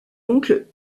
oncle